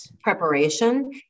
preparation